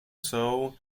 zhou